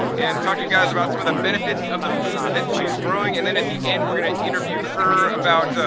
and talk to you guys about some of the benefits of the foods that she's growing. and then at the end we're going to interview her about,